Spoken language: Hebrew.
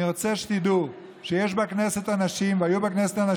אני רוצה שתדעו שיש בכנסת אנשים,